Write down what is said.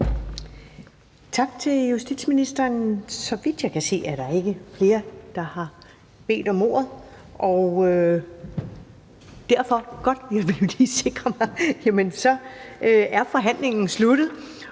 Tak til justitsministeren. Så vidt jeg kan se, er der ikke flere, der har bedt om ordet, og dermed er forhandlingen sluttet.